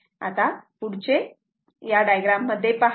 आता पुढचे आहे आता पुढचे या डायग्राम मध्ये पहा